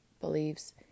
believes